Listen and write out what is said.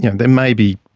yeah there may be,